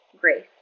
Grace